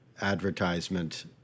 advertisement